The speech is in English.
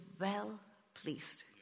well-pleased